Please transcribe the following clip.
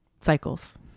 cycles